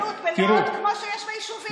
תקימו כיתות כוננות בלוד כמו שיש ביישובים.